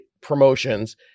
promotions